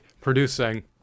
producing